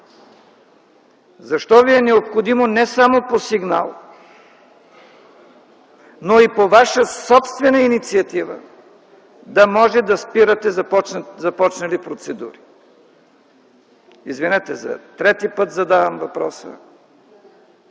Защо Ви е необходимо не само по сигнал, но и по Ваша собствена инициатива да можете да спирате започнати процедури? Извинете, за трети път задавам въпроса